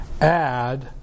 add